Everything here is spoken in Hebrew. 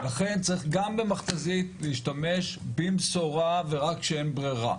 לכן צריך גם במכת"זית להשתמש במשורה ורק כשאין ברירה.